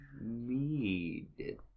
Mead